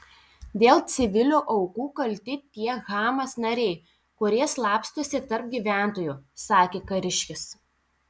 dėl civilių aukų kalti tie hamas nariai kurie slapstosi tarp gyventojų sakė kariškis